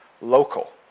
local